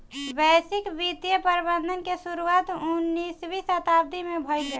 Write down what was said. वैश्विक वित्तीय प्रबंधन के शुरुआत उन्नीसवीं शताब्दी में भईल रहे